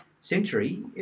century